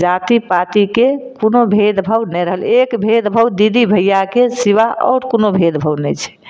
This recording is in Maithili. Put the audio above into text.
जाति पातीके कोनो भेद भाव नहि रहलै एक भेद भाव दीदी भैयाके सिबा आओर कोनो भेद भाव नहि छै